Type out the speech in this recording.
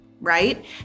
right